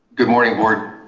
good morning board.